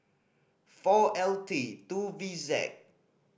four L T two V Z